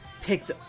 picked